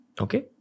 Okay